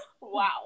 wow